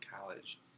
college